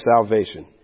salvation